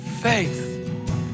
faith